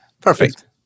Perfect